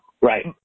right